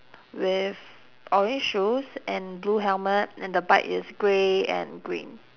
with orange shoes and blue helmet and the bike is grey and green